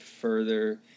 further